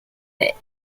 avec